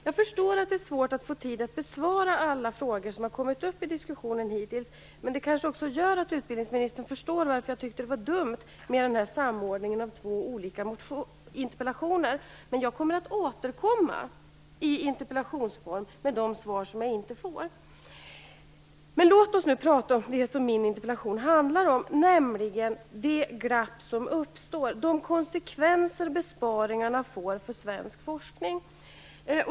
Jag förstår att det är svårt att få tid att besvara alla frågor som hittills har kommit upp i diskussionen, men det kanske också gör att utbildningsministern förstår varför jag tycker det var dumt att samordna dessa två interpellationer. Jag kommer att återkomma i interpellationsform när det gäller de svar jag inte får. Men låt oss nu tala om det som min interpellation handlar om, nämligen det glapp som uppstår och de konsekvenser besparingarna får för svensk forskning.